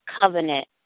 covenant